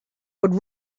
would